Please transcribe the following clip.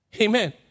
Amen